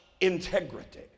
integrity